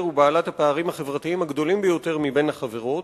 ובעלת הפערים החברתיים הגדולים ביותר מבין החברות,